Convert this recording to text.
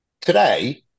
Today